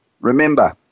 remember